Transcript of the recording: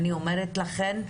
אני אומרת לכן,